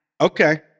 Okay